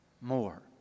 More